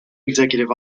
executive